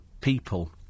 people